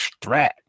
strat